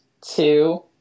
two